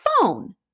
phone